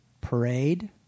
parade